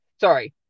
sorry